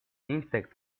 insects